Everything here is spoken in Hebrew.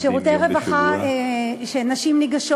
שירותי רווחה שנשים ניגשות